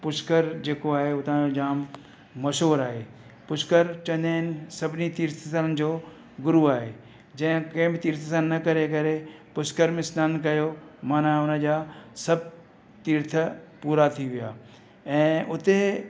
पुष्कर जेको आहे उतां जो जामु मशहूरु आहे पुष्कर चवंदा आहिनि सभिनी तीर्थ स्थलनि जो गुरू आहे जंहिं कंहिं बि तीर्थ स्थल न करे करे पुष्कर में सनानु कयो माना हुन जा सभु तीर्थ पूरा थी विया ऐं उते